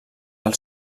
del